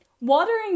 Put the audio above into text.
watering